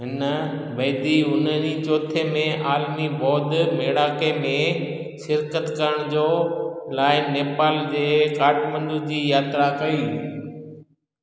हिन बैदि चौथे हुनरी आलिमी बौद्ध मेड़ाके में शिरकत करण जो लाइ नेपाल जे काठमांडू जी यात्रा कई